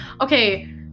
Okay